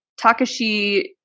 Takashi